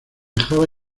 java